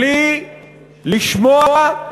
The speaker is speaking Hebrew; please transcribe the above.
בלי לשמוע,